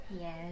Yes